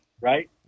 right